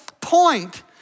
point